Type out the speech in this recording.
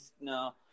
No